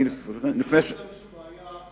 אתה לא נמצא בשום בעיה.